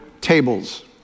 tables